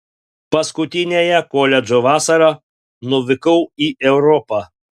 paskutiniąją koledžo vasarą nuvykau į europą